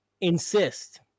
insist